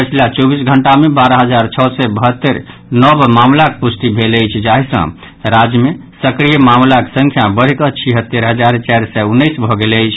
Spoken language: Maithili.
पछिला चौबीस घंटा मे बारह हजार छओ सय बहत्तरि नव मामिलाक पुष्टि भेल अछि जाहि सँ राज्य मे सक्रिय मामिलाक संख्या बढ़िकऽ छिहत्तरि हजार चारि सय उन्नैस भऽ गेल अछि